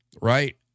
right